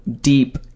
deep